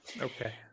Okay